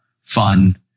fun